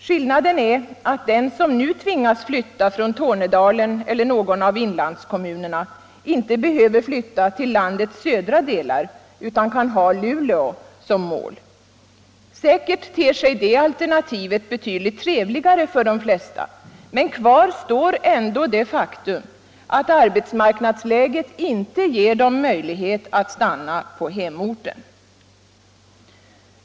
Skillnaden är att den som nu tvingas flytta från Tornedalen eller någon av inlandskommunerna inte behöver flytta till landets södra delar utan kan ha Luleå som mål. Säkert ter sig det alternativet betydligt trevligare för de flesta, men kvar står ändå det faktum att arbetsmarknadsläget inte ger dem möjlighet att stanna på hemorten.